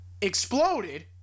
exploded